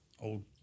old